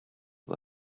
are